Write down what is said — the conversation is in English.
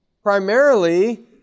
Primarily